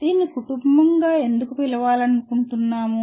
దీన్ని కుటుంబంగా ఎందుకు పిలవాలనుకుంటున్నాము